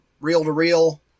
reel-to-reel